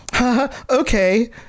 okay